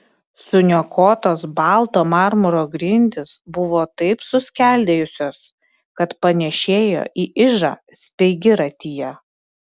suniokotos balto marmuro grindys buvo taip suskeldėjusios kad panėšėjo į ižą speigiratyje